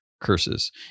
curses